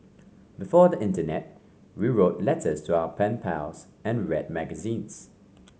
before the internet we wrote letters to our pen pals and read magazines